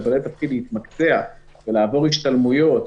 בעלי התפקיד להתמקצע ולעבור השתלמויות.